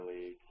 League